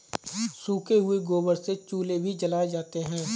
सूखे हुए गोबर से चूल्हे भी जलाए जाते हैं